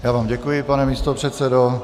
Já vám děkuji, pane místopředsedo.